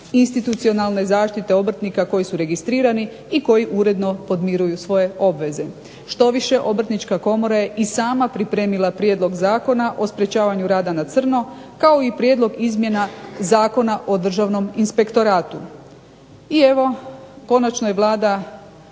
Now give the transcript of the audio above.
institucionalne zaštite obrtnika koji su registrirani i koji uredno podmiruju svoje obveze. Štoviše, Obrtnička komora je i sama pripremila prijedlog Zakona o sprečavanju rada na crno kao i prijedlog izmjena Zakona o Državnom inspektoratu. I evo, konačno je Vlada